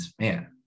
man